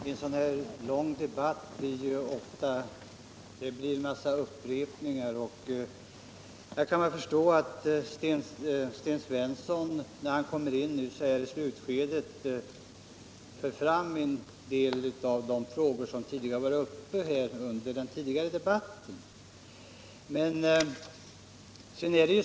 Herr talman! I en lång debatt som denna blir det naturligtvis en hel del upprepningar. Jag kan därför förstå att Sten Svensson, när han nu kommer in i slutskedet av debatten, för fram några av de frågor som redan tidigare har behandlats.